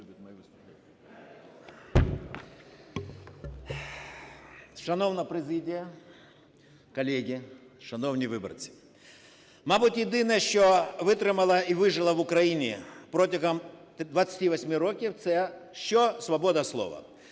Шановна президія, колеги, шановні виборці! Мабуть єдине, що витримала і вижила в Україні протягом 28 років, це що? Свобода слова.